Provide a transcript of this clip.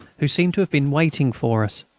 who seemed to have been waiting for us.